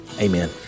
Amen